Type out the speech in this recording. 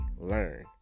learn